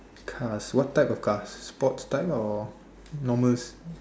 cars what type of cars sports type or normals